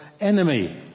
enemy